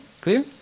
Clear